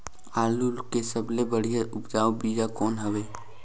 आलू के सबले बढ़िया उपजाऊ बीजा कौन हवय?